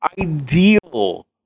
ideal